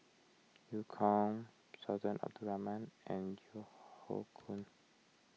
Eu Kong Sultan Abdul Rahman and Keo Hoe Koon